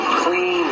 clean